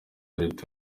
leta